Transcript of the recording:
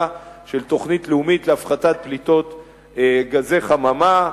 של תוכנית לאומית להפחתת פליטות גזי חממה,